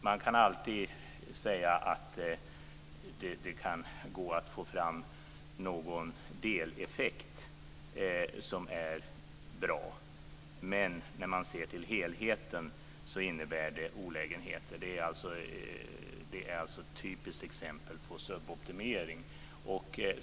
Man kan alltid säga att det kan gå att få fram någon deleffekt som är bra, men när man ser till helheten innebär det olägenheter. Det är alltså ett typiskt exempel på suboptimering.